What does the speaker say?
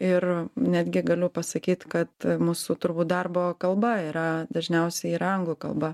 ir netgi galiu pasakyt kad mūsų turbūt darbo kalba yra dažniausiai ir anglų kalba